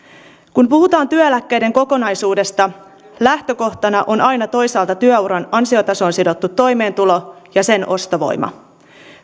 kun puhutaan työeläkkeiden kokonaisuudesta lähtökohtana on aina toisaalta työuran ansiotasoon sidottu toimeentulo ja sen ostovoima